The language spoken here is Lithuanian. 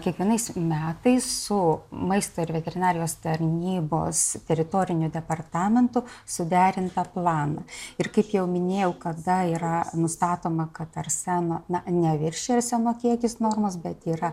kiekvienais metais su maisto ir veterinarijos tarnybos teritoriniu departamentu suderintą planą ir kaip jau minėjau kada yra nustatoma kad arseno na neviršija arseno kiekis normos bet yra